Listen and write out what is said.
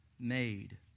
made